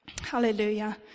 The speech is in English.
Hallelujah